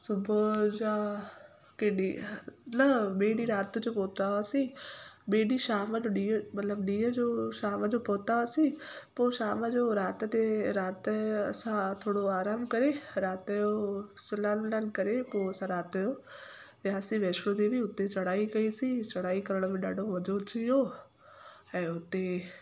सुबुह जा कंहिं ॾींहं न ॿे ॾींहुं राति जो पहुता हुआसीं ॿिए ॾींहुं शाम जो ॾीअं मतिलबु ॾींहं जो शाम जो पहुता हुआसीं पोइ शाम जो राति ते राति ते असां थोरो आराम करे राति जो सनानु विनानु करे पोइ असां राति जो वियासीं वैष्णो देवी उते चढ़ाई कईसीं चढ़ाई करण में ॾाढो मज़ो अची वियो ऐं उते